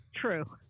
True